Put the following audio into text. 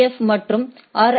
ஃப் மற்றும் ஆா்